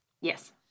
Yes